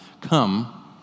come